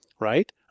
Right